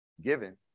given